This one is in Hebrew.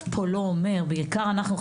פה לא אומר ובעיקר אנחנו,